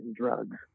drugs